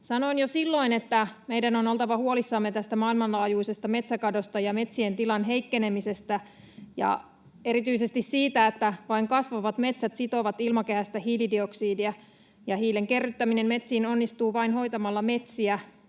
Sanoin jo silloin, että meidän on oltava huolissamme tästä maailmanlaajuisesta metsäkadosta, metsien tilan heikkenemisestä ja erityisesti siitä, että vain kasvavat metsät sitovat ilmakehästä hiilidioksidia. Hiilen kerryttäminen metsiin onnistuu vain hoitamalla metsiä,